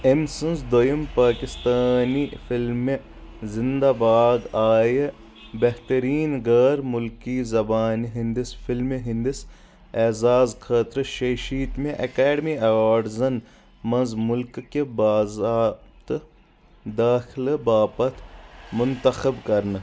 أمۍ سٕنٛز دوٚیِم پاکِستٲنہِ فِلِمہِ زِنٛدہ باد آیہِ بہتٔریٖن غٲر مُلکی زَبانہِ ہِنٛدِس فِلمہِ ہِنٛدِس اعزاز خٲطرٕ شیشیٖتمہِ ایٚکیڈمی ایٚوارڈزن منٛز مُلکہٕ کہِ بٲضابطہٕ دٲخلہٕ باپتھ مُنتخب کرنہٕ